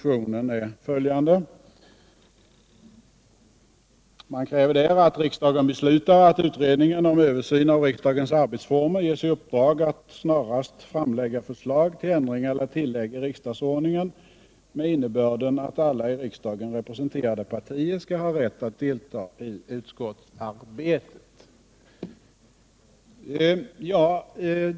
I klämmen yrkas att ”riksdagen beslutar att utredningen om översyn av riksdagens arbetsformer ges i uppdrag att snarast framlägga förslag till ändringar eller tillägg i riksdagsordningen med innebörden att alla i riksdagen representerade partier skall ha rätt att delta i utskottsarbetet”.